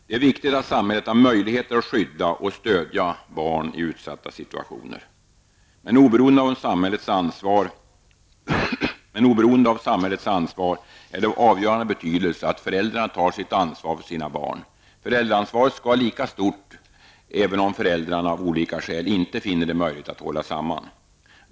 Det är viktigt att samhället har möjligheter att skydda och stödja barn i utsatta situationer. Men oberoende av samhällets ansvar är det av avgörande betydelse att föräldrarna tar sitt ansvar för sina barn. Föräldraransvaret skall vara lika stort även om föräldrarna av olika skäl inte finner det möjligt att hålla samman.